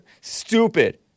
Stupid